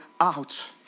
out